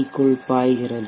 க்குள் பாய்கிறது